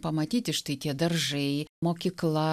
pamatyti štai tie daržai mokykla